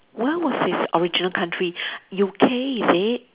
where was his original country U_K is it